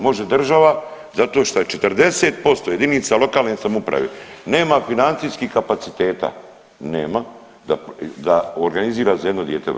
Može država zato što 40% jedinica lokalne samouprave nema financijskih kapaciteta, nema da organizira za jedno dijete vrtić.